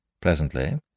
Presently